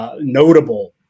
Notable